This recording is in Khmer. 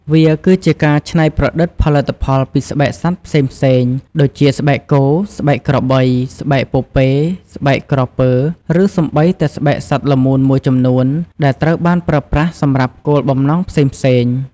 វាគឺជាការច្នៃប្រឌិតផលិតផលពីស្បែកសត្វផ្សេងៗ ដូចជា ស្បែកគោ ស្បែកក្របី ស្បែកពពែ ស្បែកក្រពើ ឬសូម្បីតែស្បែកសត្វល្មូនមួយចំនួន ដែលត្រូវបានប្រើប្រាស់សម្រាប់គោលបំណងផ្សេងៗ។